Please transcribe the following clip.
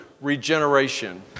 regeneration